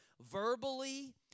verbally